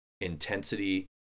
intensity